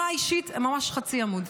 ממש חצי עמוד.